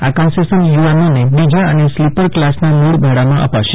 આ કન્સેસન યુવાનોને બીજા અને સ્લીપર ક્લાસના મૂળ ભાડામાં અપાશે